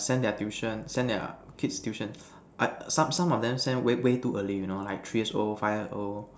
send their tuition send their kids tuition I some some of them send way too early you know three years old five years old